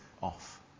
off